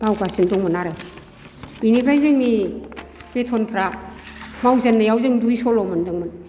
मावगासिनो दंमोन आरो बेनिफ्राय जोंनि बेथनफ्रा मावजेननायाव जों दुइस'ल' मोनदोंमोन